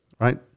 right